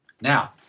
Now